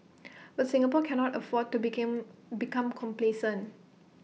but Singapore cannot afford to became become complacent